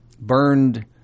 burned